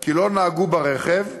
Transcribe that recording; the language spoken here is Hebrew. כי לא נהגו ברכב,